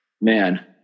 Man